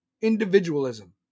Individualism